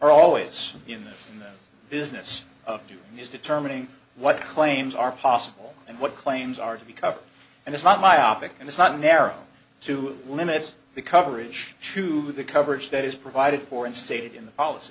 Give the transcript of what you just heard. are always in the business of doing is determining what claims are possible and what claims are to be covered and it's not myopic and it's not narrow to limit the coverage to the coverage that is provided for and stated in the policy